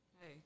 Hey